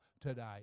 today